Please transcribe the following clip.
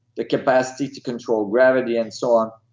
the capacity to control gravity and so on.